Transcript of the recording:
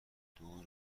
دور